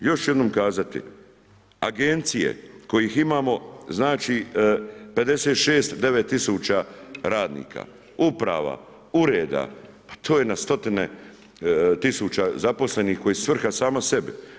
Još ću jednom kazati, agencije kojih imamo znači, 56, 9000 radnika, uprava, ureda, pa to je na stotine tisuća zaposlenih koji je svrha sama sebi.